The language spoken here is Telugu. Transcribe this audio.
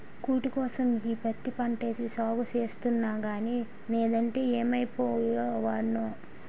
కూటికోసం ఈ పత్తి పంటేసి సాగు సేస్తన్నగానీ నేదంటే యేమైపోయే వోడ్నో